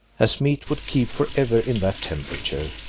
as meat would keep for ever in that temperature,